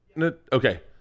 Okay